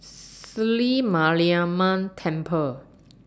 Sri Mariamman Temple